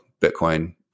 Bitcoin